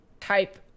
type